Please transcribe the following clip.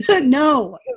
no